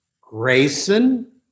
Grayson